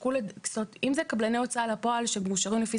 אם זה קבלני הוצאה לפועל שמאושרים לפי